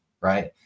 Right